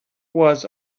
was